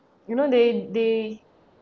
you know they they